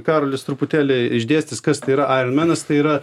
karolis truputėlį išdėstys kas tai yra aironmenas tai yra